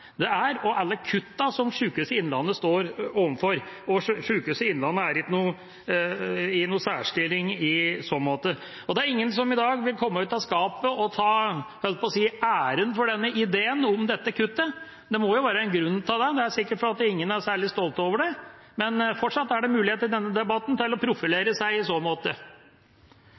er, og til alle kuttene som Sykehuset Innlandet står overfor. Sykehuset Innlandet er ikke i noen særstilling i så måte. Det er ingen som i dag vil komme ut av skapet og ta – jeg holdt på å si – æren for ideen om dette kuttet. Det må være en grunn til det. Det er sikkert fordi ingen er særlig stolte over det, men fortsatt er det muligheter i denne debatten til å profilere seg i så måte.